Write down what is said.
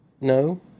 No